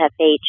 FH